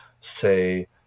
say